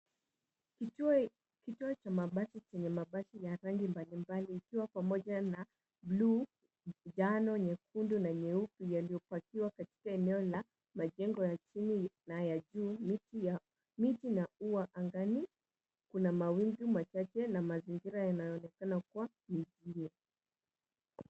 Kituo cha mabasi chenye mabasi ya rangi mbalimbali, ikiwa pamoja na buluu, njano, nyekundu na nyeusi yaliyopakiwa katika eneo la majengo ya chini na ya juu, miti na ua angani. Kuna mawingu machache na mazingira yanayoonekana kuwa misili.